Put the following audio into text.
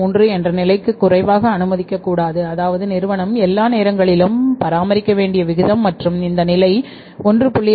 33 என்ற நிலைக்கு குறைக்க அனுமதிக்கக் கூடாது அதாவது நிறுவனம் எல்லா நேரங்களிலும் பராமரிக்க வேண்டிய விகிதம் மற்றும் இந்த நிலை 1